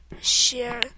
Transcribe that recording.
share